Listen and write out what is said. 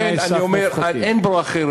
לכן, אני אומר שאין ברירה אחרת.